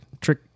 trick